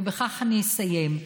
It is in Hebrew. ובכך אני אסיים,